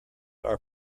are